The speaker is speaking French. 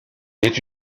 est